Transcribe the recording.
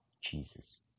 Jesus